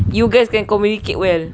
you guys can communicate well